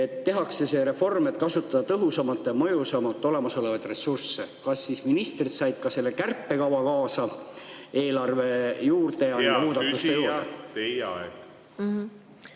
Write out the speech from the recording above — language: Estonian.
tehakse see reform, et kasutada tõhusamalt ja mõjusamalt olemasolevaid ressursse. Kas ministrid said ka selle kärpekava kaasa eelarve juurde … Hea küsija,